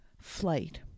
Flight